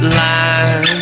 line